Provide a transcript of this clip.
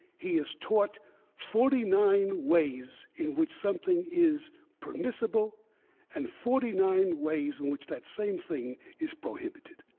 he is taught forty nine ways in which something is permissible and forty nine ways in which that same thing is prohibited.